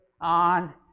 on